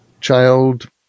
child